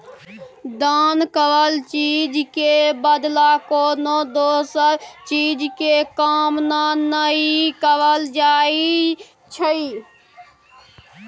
दान करल चीज के बदला कोनो दोसर चीज के कामना नइ करल जाइ छइ